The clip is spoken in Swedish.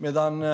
Medan